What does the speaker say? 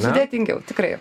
sudėtingiau tikrai